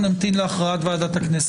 נמתין להכרעת ועדת הכנסת.